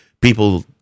people